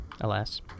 alas